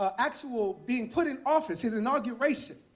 ah actual being put in office his inauguration,